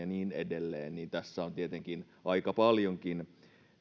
niin edelleen niin tässä on tietenkin aika paljonkin